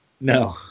No